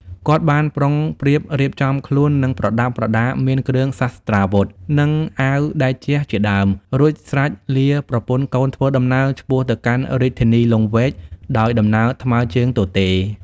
គាត់បានប្រុងប្រៀបរៀបចំខ្លួន និង ប្រដាប់ប្រដាមាន គ្រឿងសស្ត្រាវុធ និងអាវតេជះជាដើម រួចស្រេចលាប្រពន្ធកូនធ្វើដំណើរឆ្ពោះទៅកាន់រាជធានីលង្វែកដោយដំណើរថ្មើរជើងទទេ ។